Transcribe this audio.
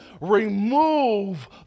Remove